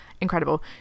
Incredible